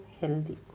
healthy